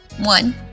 one